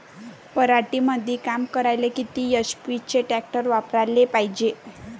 शेतीमंदी काम करायले किती एच.पी चे ट्रॅक्टर वापरायले पायजे?